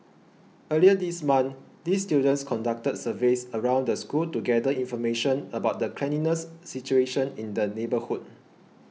earlier this month these students conducted surveys around the school to gather information about the cleanliness situation in the neighbourhood